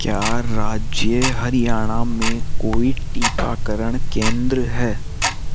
क्या राज्य हरियाणा में कोई टीकाकरण केंद्र है